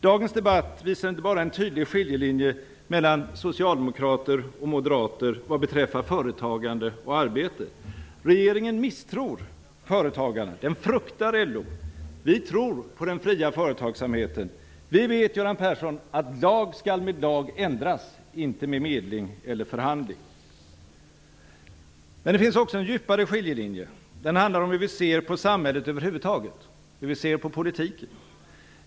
Dagens debatt visar inte bara på en tydlig skiljelinje mellan socialdemokrater och moderater vad beträffar företagande och arbete. Regeringen misstror företagarna och fruktar LO. Vi tror på den fria företagsamheten. Vi vet, Göran Persson att lag skall med lag ändras, inte med medling eller förhandling. Men det finns också en djupare skiljelinje. Den handlar om hur vi ser på samhället över huvud taget, hur vi ser på politiken.